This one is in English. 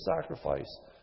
sacrifice